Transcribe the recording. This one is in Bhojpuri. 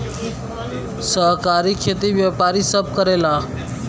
सहकारी खेती व्यापारी सब करेला